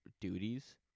duties